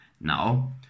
Now